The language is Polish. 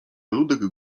ludek